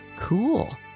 Cool